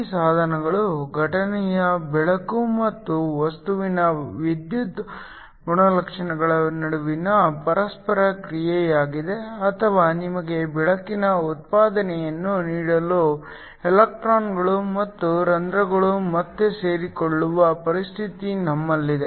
ಈ ಸಾಧನಗಳು ಘಟನೆಯ ಬೆಳಕು ಮತ್ತು ವಸ್ತುವಿನ ವಿದ್ಯುತ್ ಗುಣಲಕ್ಷಣಗಳ ನಡುವಿನ ಪರಸ್ಪರ ಕ್ರಿಯೆಯಾಗಿದೆ ಅಥವಾ ನಿಮಗೆ ಬೆಳಕಿನ ಉತ್ಪಾದನೆಯನ್ನು ನೀಡಲು ಎಲೆಕ್ಟ್ರಾನ್ಗಳು ಮತ್ತು ರಂಧ್ರಗಳು ಮತ್ತೆ ಸೇರಿಕೊಳ್ಳುವ ಪರಿಸ್ಥಿತಿ ನಿಮ್ಮಲ್ಲಿದೆ